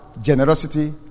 generosity